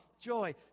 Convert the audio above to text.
joy